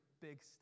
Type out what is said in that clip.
big